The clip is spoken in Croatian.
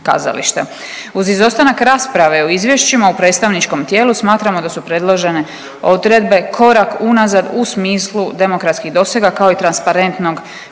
Uz izostanak rasprave o izvješćima u predstavničkom tijelu smatramo da su predložene odredbe korak unazad u smislu demokratskih dosega kao i transparentnog